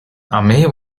armee